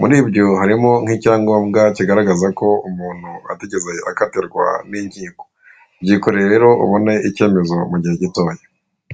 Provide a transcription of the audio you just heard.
muri ibyo harimo nk'icyangombwa kigaragaza ko umuntu atigeze akatirwa n'inkiko byikorere rero ubone icyemezo mugihe gitoya.